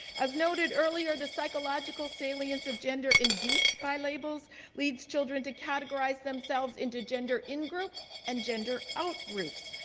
as noted earlier, the psychological salience of gender induced by labels leads children to categorize themselves into gender in-group and gender out-groups,